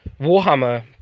Warhammer